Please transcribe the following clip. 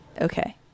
Okay